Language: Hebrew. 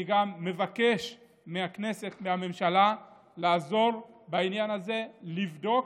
אני מבקש מהכנסת והממשלה לעזור בעניין הזה ולבדוק,